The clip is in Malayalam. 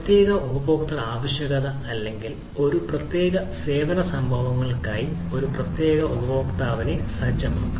പ്രത്യേക ഉപയോക്തൃ ആവശ്യകത അല്ലെങ്കിൽ ഒരു പ്രത്യേക സേവന സംഭവങ്ങൾക്കായി ഒരു പ്രത്യേക ഉപയോക്താവിനായി സജ്ജമാക്കുക